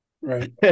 right